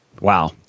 Wow